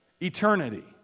Eternity